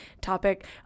topic